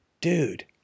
dude